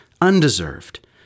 undeserved